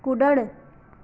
कुड॒णु